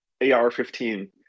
AR-15